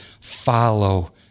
follow